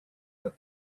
but